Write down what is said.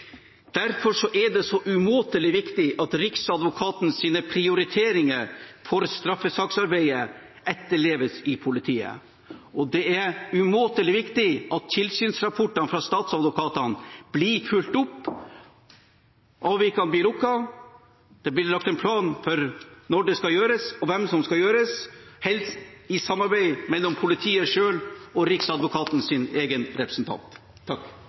Derfor er det så umåtelig viktig at Riksadvokatens prioriteringer for straffesaksarbeidet etterleves i politiet. Og det er umåtelig viktig at tilsynsrapportene fra statsadvokatene blir fulgt opp, at avvikene blir lukket, og at det blir lagt en plan for når det skal gjøres og hvem som skal gjøre det – helst i samarbeid mellom politiet selv og Riksadvokatens egen representant.